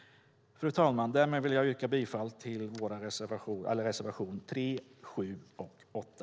Fru talman! Jag yrkar bifall till reservationerna 3, 7 och 8.